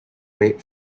made